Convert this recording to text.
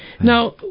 Now